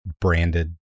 branded